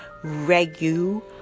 regu